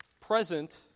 present